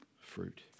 fruit